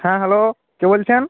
হ্যাঁ হ্যালো কে বলেছেন